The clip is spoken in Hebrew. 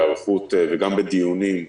אני גם שלחתי לך אתמול בלילה מכתב עם הנתונים,